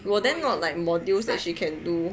but then what about the modules that she can do